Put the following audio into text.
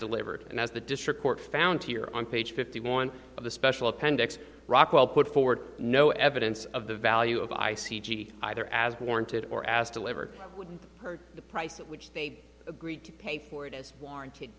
delivered and as the district court found here on page fifty one of the special appendix rockwell put forward no evidence of the value of i c g either as warranted or asked delivered wouldn't hurt the price at which they agreed to pay for it is warranted